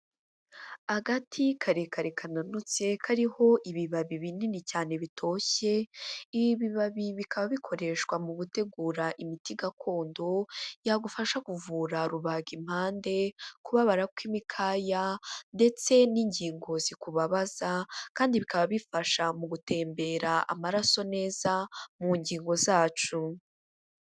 Agati karekare kananutse kariho ibibabi binini cyane bitoshye, ibi bibabi bikaba bikoreshwa mu gutegura imiti gakondo, yagufasha kuvura rubagimpande, kubabara kw'imikaya ndetse n'ingingo zikubabaza kandi bikaba bifasha mu gutembera amaraso neza mu ngingo zacu.